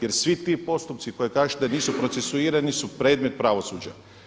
Jer svi ti postupci koje kažete da nisu procesuirani su predmet pravosuđa.